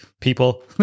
people